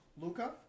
Luca